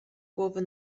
głowy